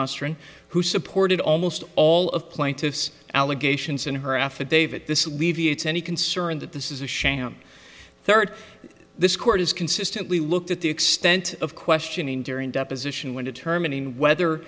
astron who supported almost all of plaintiff's allegations in her affidavit this levy it's any concern that this is a sham third this court has consistently looked at the extent of questioning during deposition when determining whether